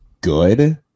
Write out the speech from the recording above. good